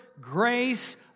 Grace